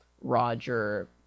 Roger